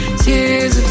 tears